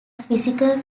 physical